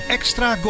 Extra